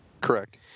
Correct